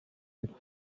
les